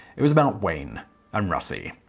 it was about wayne and russi.